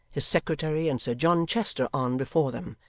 his secretary, and sir john chester on before them,